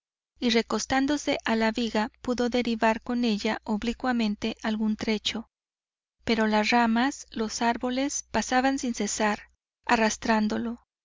y recostándose a la viga pudo derivar con ella oblicuamente algún trecho pero las ramas los árboles pasaban sin cesar arrastrándolo